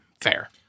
fair